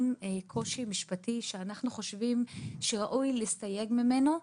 קושי משפטי שאנחנו חושבים שראוי להסתייג ממנו.